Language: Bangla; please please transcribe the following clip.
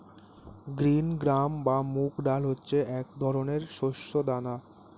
গ্রিন গ্রাম বা মুগ ডাল হচ্ছে এক ধরনের শস্য দানা